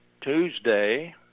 Tuesday